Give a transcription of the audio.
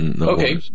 Okay